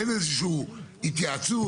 אין איזושהי התייעצות,